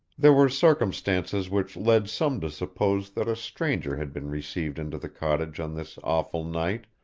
there were circumstances which led some to suppose that a stranger had been received into the cottage on this awful night,